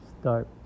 start